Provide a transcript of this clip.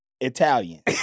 Italian